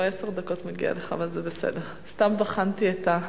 לא, עשר דקות מגיע לך, אבל זה בסדר, סתם בחנתי את,